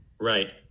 Right